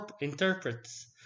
interprets